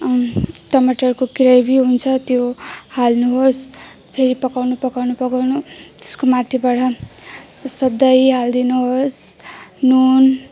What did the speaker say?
टमाटरको ग्रेभी हुन्छ त्यो हाल्नुहोस् फेरि पकाउनु पकाउनु पकाउनु त्यसको माथिबाट यस्तो दही हालिदिनु होस् नुन